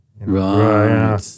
Right